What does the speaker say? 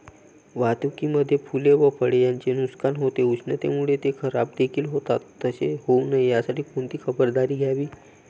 वाहतुकीमध्ये फूले व फळे यांचे नुकसान होते, उष्णतेमुळे ते खराबदेखील होतात तसे होऊ नये यासाठी कोणती खबरदारी घ्यावी?